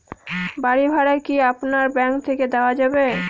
বাড়ী ভাড়া কি আপনার ব্যাঙ্ক থেকে দেওয়া যাবে?